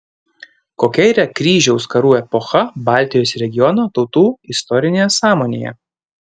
kokia yra kryžiaus karų epocha baltijos regiono tautų istorinėje sąmonėje